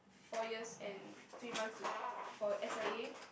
four years and three months to for S_I_A